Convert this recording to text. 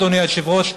אדוני היושב-ראש,